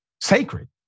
sacred